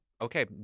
okay